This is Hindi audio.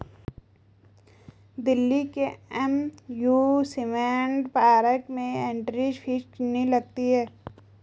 दिल्ली के एमयूसमेंट पार्क में एंट्री फीस कितनी लगती है?